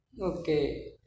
okay